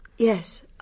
Yes